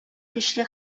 көчле